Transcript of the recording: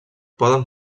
poden